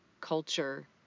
culture